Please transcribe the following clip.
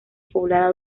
poblada